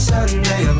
Sunday